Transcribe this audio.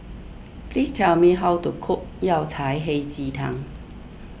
please tell me how to cook Yao Cai Hei Ji Tang